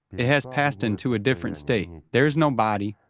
it has passed into a different state there is no body,